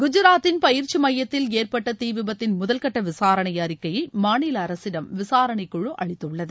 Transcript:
குஜராத்தின் பயிற்சி மையத்தில் ஏற்பட்ட தீ விபத்தின் தொடர்பான முதல்கட்ட விசாரணை அறிக்கையை மாநில அரசிடம் விசாரணை குழு அளித்துள்ளது